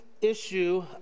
issue